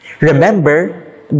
Remember